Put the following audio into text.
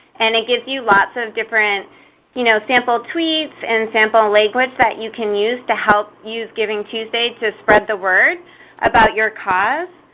and it gives you lots of different you know sample tweets and sample language that you can use to help use givingtuesday to spread the word about your cause.